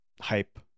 hype